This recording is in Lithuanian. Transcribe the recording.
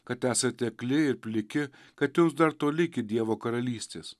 kad esate akli ir pliki kad jums dar toli iki dievo karalystės